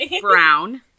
brown